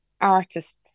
artists